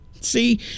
See